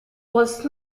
was